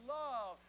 love